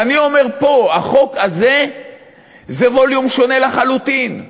ואני אומר פה: החוק הזה זה ווליום שונה לחלוטין.